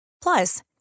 Plus